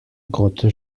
grotte